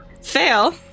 Fail